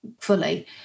fully